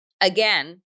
again